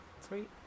Sweet